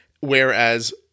Whereas